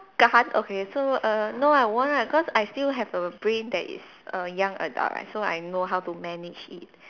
okay so err no ah won't ah cause I still have a brain that is a young adult lah so I know how to manage it